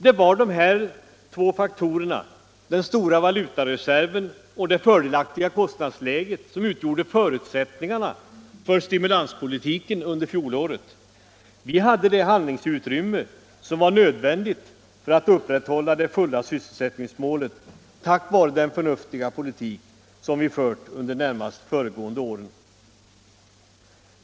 Det var dessa två faktorer — den stora valutareserven och det fördelaktiga kostnadsläget — som utgjorde förutsättningarna för stimulanspolitiken under fjolåret. Vi hade det handlingsutrymme som var nödvändigt för att uppnå målet full sysselsättning tack vare den förnuftiga politik som vi fört under de närmast föregående åren.